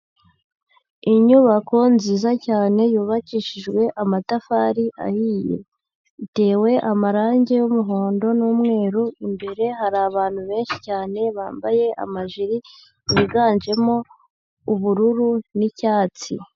Inyubako nziza cyane yubakishijwe amatafari ahiye. Itewe amarangi y'umuhondo n'umweru. Imbere hari abantu benshi cyane bambaye amajiri biganjemo ubururu n'icyatsi.